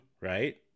Right